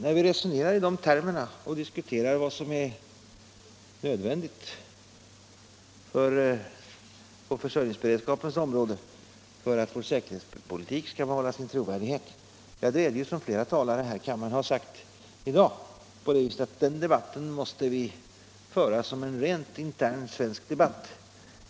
När vi resonerar i de termerna och diskuterar vad som är nödvändigt på försörjningsberedskapens område för att vår säkerhetspolitik skall bevara sin trovärdighet är det, som flera talare i kammaren har sagt i dag, på det sättet att vi måste föra den debatten som en intern svensk debatt.